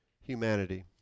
humanity